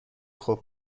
خوب